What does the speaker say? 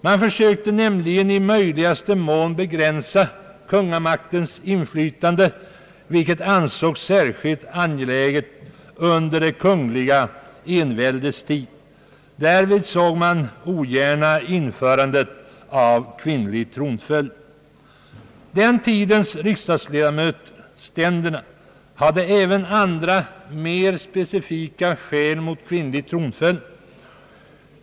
Man försökte nämligen i möjligaste mån begränsa kungamaktens inflytande, vilket ansågs särskilt angeläget under det kungliga enväldets tid. Därvid såg man ogärna införandet av kvinnlig tronföljd. Den tidens riksdagsledamöter hade även andra, mer specifika skäl mot kvinnlig tronföljd.